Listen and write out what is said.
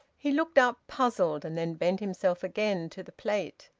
he looked up, puzzled, and then bent himself again to the plate.